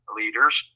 leaders